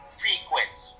frequency